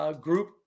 group